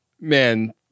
man